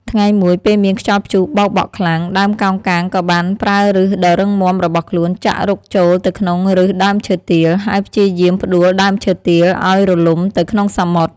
ថ្ងៃមួយ ពេលមានខ្យល់ព្យុះបោកបក់ខ្លាំង ដើមកោងកាងក៏បានប្រើប្ញសដ៏រឹងមាំរបស់ខ្លួនចាក់រុកចូលទៅក្នុងប្ញសដើមឈើទាល ហើយព្យាយាមផ្តួលដើមឈើទាលឲ្យរលំទៅក្នុងសមុទ្រ។